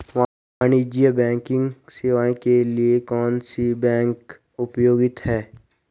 वाणिज्यिक बैंकिंग सेवाएं के लिए कौन सी बैंक उपयुक्त है?